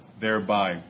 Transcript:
thereby